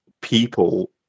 people